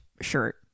shirt